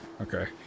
Okay